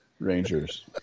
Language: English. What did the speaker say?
Rangers